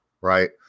right